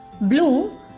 Blue